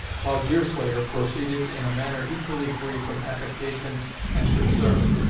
while deerslayer proceeded, in a manner equally free from affectation and concern,